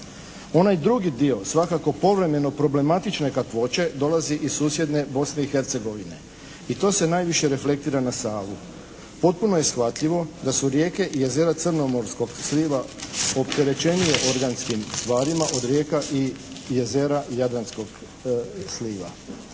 Onaj drugi dio svakako povremeno problematične kakvoće dolazi iz susjedne Bosne i Hercegovine i to se najviše reflektira na Savu. Potpuno je shvatljivo da su rijeke i jezera crnomorskog sliva opterećenije organskim tvarima od rijeka i jezera jadranskog sliva.